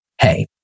hey